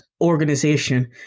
organization